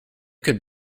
could